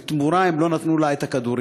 ובתמורה הם לא נתנו לה את הכדורים,